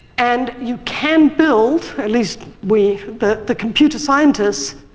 and you can build at least we, the the computer scientists,